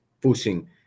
pushing